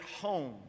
home